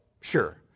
Sure